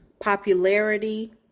popularity